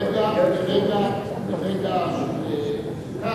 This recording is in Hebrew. ברגע של כעס,